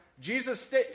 Jesus